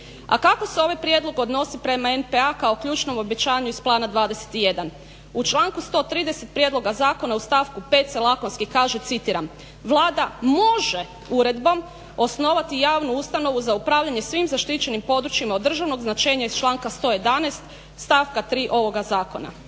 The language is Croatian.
A kako se ovaj prijedlog odnosi perma NP-a kao ključnom obećanju iz Plana 21. U članku 130. Prijedloga zakona u stavku 5. se lakonski kaže, citiram: "Vlada može uredbom osnovati javnu ustanovu za upravljanje svim zaštićenim područjima od državnog značenja iz članka 111. stavka 3. ovoga Zakona."